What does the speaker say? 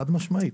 חד משמעית,